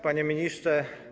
Panie Ministrze!